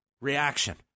reaction